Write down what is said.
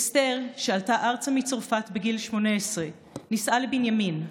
אסתר, שעלתה ארצה מצרפת בגיל 18, נישאה לבנימין,